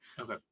Okay